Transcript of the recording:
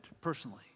personally